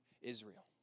Israel